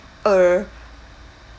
uh